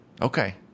Okay